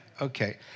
Okay